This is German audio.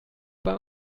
beim